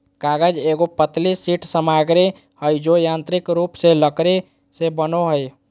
कागज एगो पतली शीट सामग्री हइ जो यांत्रिक रूप से लकड़ी से बनो हइ